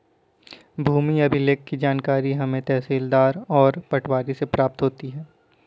भूमि अभिलेख की जानकारी हमें तहसीलदार और पटवारी से प्राप्त होती है